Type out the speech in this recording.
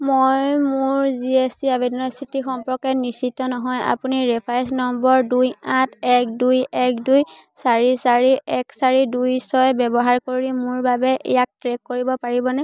মই মোৰ G S T আবেদনৰ স্থিতি সম্পৰ্কে নিশ্চিত নহয় আপুনি ৰেফাৰেন্স নম্বৰ দুই আঠ এক দুই এক দুই চাৰি চাৰি এক চাৰি দুই ছয় ব্যৱহাৰ কৰি মোৰ বাবে ইয়াক ট্ৰেক কৰিব পাৰিবনে